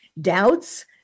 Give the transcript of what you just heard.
Doubts